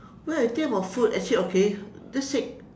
when I think about food actually okay that's it